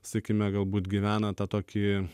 sakykime galbūt gyvena tą tokį